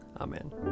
Amen